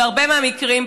בהרבה מהמקרים,